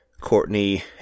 Courtney